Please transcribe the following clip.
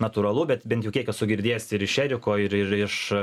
natūralu bet bent jau kiek esu girdėjęs ir iš eriko ir ir iš